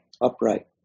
upright